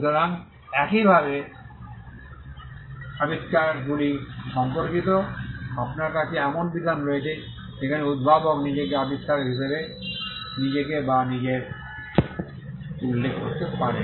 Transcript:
সুতরাং একইভাবে আবিষ্কারগুলি সম্পর্কিত আপনার কাছে এমন বিধান রয়েছে যেখানে উদ্ভাবক নিজেকে আবিষ্কারক হিসাবে নিজেকে বা নিজের উল্লেখ করতে পারেন